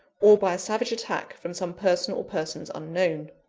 or by a savage attack from some person or persons unknown.